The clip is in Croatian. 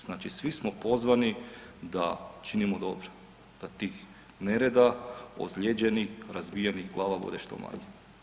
Znači svi smo pozvani da činimo dobro da tih nereda, ozlijeđenih, razbijenih glava bude što manje.